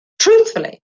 Truthfully